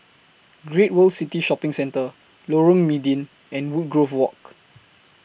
Great World City Shopping Centre Lorong Mydin and Woodgrove Walk